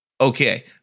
Okay